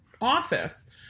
office